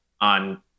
on